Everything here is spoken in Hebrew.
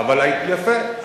יפה,